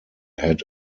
had